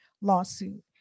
lawsuit